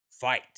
fight